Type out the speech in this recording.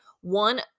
one